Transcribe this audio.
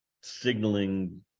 signaling